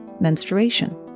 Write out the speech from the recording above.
Menstruation